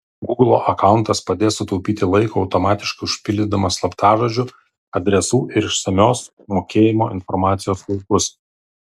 gūglo akauntas padės sutaupyti laiko automatiškai užpildydamas slaptažodžių adresų ir išsamios mokėjimo informacijos laukus